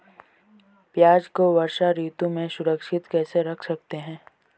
प्याज़ को वर्षा ऋतु में सुरक्षित कैसे रख सकते हैं?